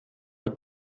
het